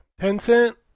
Tencent